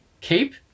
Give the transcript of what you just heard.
keep